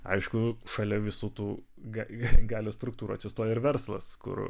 aišku šalia visų tų ga galios struktūrų atsistoja ir verslas kur